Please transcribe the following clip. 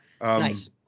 Nice